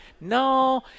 no